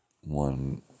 one